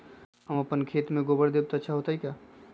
हम अपना खेत में गोबर देब त ज्यादा अच्छा होई का?